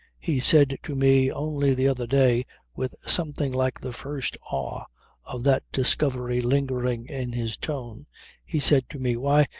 he said to me only the other day with something like the first awe of that discovery lingering in his tone he said to me why,